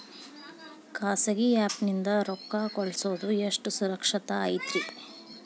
ಖಾಸಗಿ ಆ್ಯಪ್ ನಿಂದ ರೊಕ್ಕ ಕಳ್ಸೋದು ಎಷ್ಟ ಸುರಕ್ಷತಾ ಐತ್ರಿ?